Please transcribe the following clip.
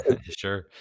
sure